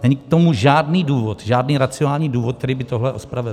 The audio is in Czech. Není k tomu žádný důvod, žádný racionální důvod, který by tohle ospravedlnil.